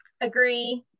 Agree